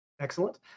Excellent